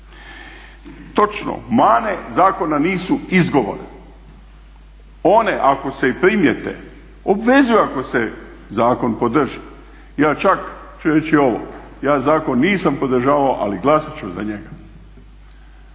točno, mane zakona nisu izgovor, one ako se i primijete obvezuju ako se zakon podrži. Ja čak ću reći ovo, ja zakon nisam podržavao ali glasat ću za njega.